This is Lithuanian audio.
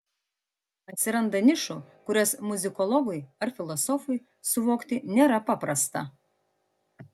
atsiranda nišų kurias muzikologui ar filosofui suvokti nėra paprasta